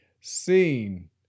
seen